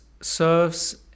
serves